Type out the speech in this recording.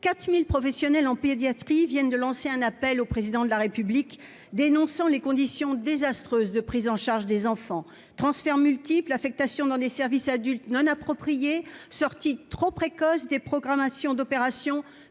4000 professionnels en pédiatrie, viennent de lancer un appel au président de la République, dénonçant les conditions désastreuses de prise en charge des enfants transferts multiples affectations dans des services adultes non appropriée sortie trop précoce des programmations d'opération